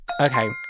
Okay